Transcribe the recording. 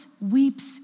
weeps